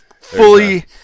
fully